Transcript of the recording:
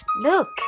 Look